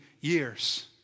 years